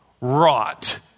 wrought